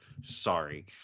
Sorry